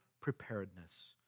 preparedness